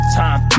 time